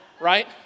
right